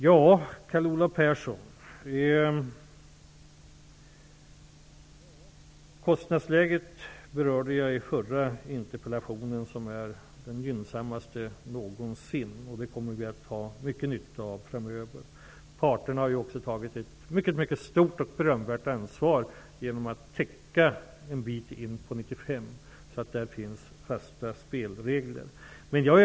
Jag berörde kostnadsläget i den förra interpellationsdebatten, Carl Olov Persson. Kostnadsläget är gynnsammare än någonsin. Det kommer vi att ha mycket nytta av framöver. Parterna har också tagit ett mycket stort och berömvärt ansvar genom att täcka in en bit av 1995. Då finns fasta spelregler.